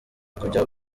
kujya